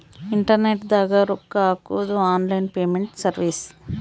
internet ದಾಗ ರೊಕ್ಕ ಹಾಕೊದು ಆನ್ಲೈನ್ ಪೇಮೆಂಟ್ ಸರ್ವಿಸ್